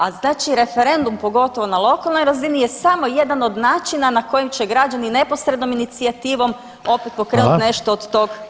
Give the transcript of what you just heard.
A znači referendum pogotovo na lokalnoj razini je samo jedan od načina na kojem će građani neposrednom inicijativom opet pokrenuti [[Upadica Reiner: Hvala.]] nešto od tog iz njihove